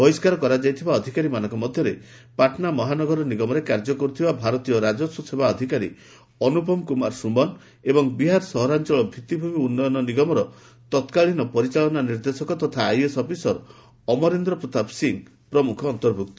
ବହିଷ୍କାର କରାଯାଇଥିବା ଅଧିକାରୀମାନଙ୍କ ମଧ୍ୟରେ ପାଟନା ମହାନଗର ନିଗମରେ କାର୍ଯ୍ୟ କରୁଥିବା ଭାରତୀୟ ରାଜସ୍ୱ ସେବା ଅଧିକାରୀ ଅନୁପମ କୁମାର ସୁମନ ଏବଂ ବିହାର ସହରାଞ୍ଚଳ ଭିଭିଭିମି ଉନ୍ନୟନ ନିଗମର ତତ୍କାଳିନ ପରିଚାଳନା ନିର୍ଦ୍ଦେଶକ ତଥା ଆଇଏସ୍ ଅଫିସର ଅମରେନ୍ଦ୍ର ପ୍ରତାପ ସିଂହ ପ୍ରମୁଖ ଅନ୍ତର୍ଭୁକ୍ତ